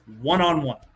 one-on-one